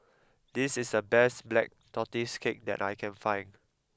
this is the best black tortoise cake that I can find